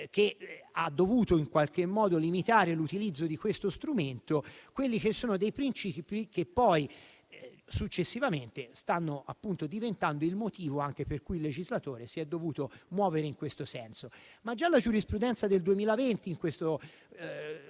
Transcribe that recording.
che ha dovuto in qualche modo limitare l'utilizzo di questo strumento, dei principi che poi successivamente stanno diventando il motivo anche per cui il legislatore si è dovuto muovere in questo senso. Ad ogni modo, già la giurisprudenza del 2020, in questo